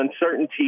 uncertainty